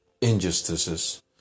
injustices